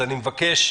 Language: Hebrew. אני מבקש,